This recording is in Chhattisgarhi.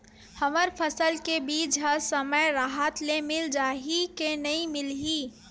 हमर फसल के बीज ह समय राहत ले मिल जाही के नी मिलही?